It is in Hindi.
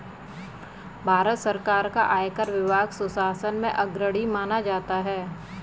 भारत सरकार का आयकर विभाग सुशासन में अग्रणी माना जाता है